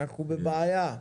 אנחנו בבעיה.